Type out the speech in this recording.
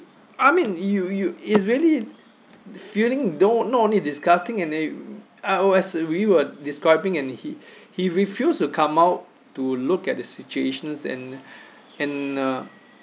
I mean you you it's really feeling don't not only disgusting and it I as we were describing and he he refuse to come out to look at the situations and and uh